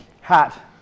hat